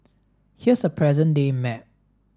here's a present day map